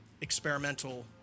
experimental